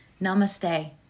Namaste